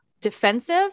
defensive